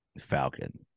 Falcon